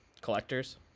collectors